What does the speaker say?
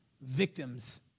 Victims